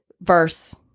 verse